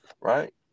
right